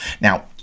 now